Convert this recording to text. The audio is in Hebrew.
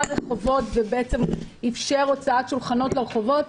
רחובות ואיפשר הוצאת שולחנות לרחובות.